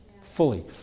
fully